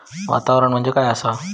वातावरण म्हणजे काय आसा?